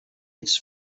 its